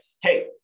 hey